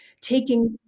taking